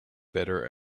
better